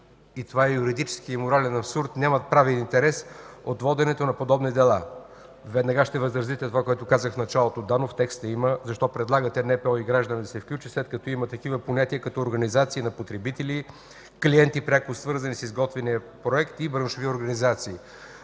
и това е юридически морален абсурд, нямат правен интерес от воденето на подобни дела. Веднага ще възразите за това, което казах в началото – да, но в текста има, защо предлагате НПО и гражданите да се включат, след като има такива понятия като „организация на потребители”, „клиенти, пряко свързани с изготвения проект” и „браншови организации”?